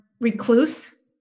recluse